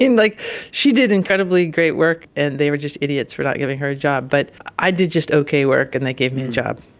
and like she did incredibly great work and they were just idiots for not giving her a job. but i did just okay work and they gave me a job.